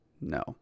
No